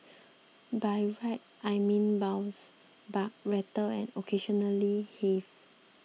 by ride I mean bounce buck rattle and occasionally heave